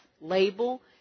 label